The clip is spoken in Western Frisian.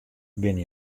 binne